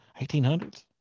1800s